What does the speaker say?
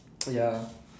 ya